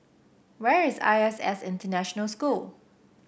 where is I S S International School